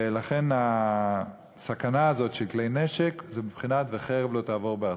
לכן הסכנה הזאת של כלי נשק זה בבחינת "וחרב לא תעבר בארצכם".